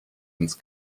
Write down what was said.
ins